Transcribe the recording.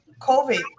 COVID